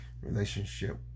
relationship